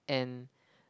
and